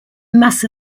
mass